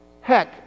Heck